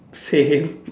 same